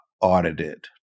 audited